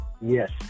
Yes